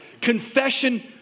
confession